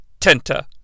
Tenta